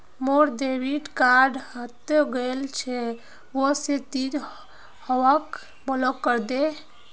मोर debit card हरइ गेल छ वा से ति वहाक ब्लॉक करे दे